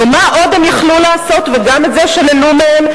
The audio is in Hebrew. ומה עוד הם היו יכולים לעשות, וגם את זה שללו מהם?